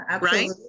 right